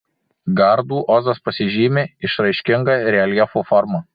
gardų ozas pasižymi išraiškinga reljefo forma